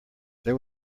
there